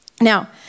Now